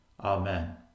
Amen